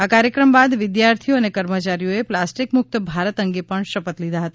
આ કાર્યક્રમ બાદ વિદ્યાર્થીઓ અને કર્મચારીઓએ પ્લાસ્ટીકમુકત ભારત અંગે પણ શપથ લીધા હતા